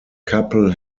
couple